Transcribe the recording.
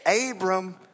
Abram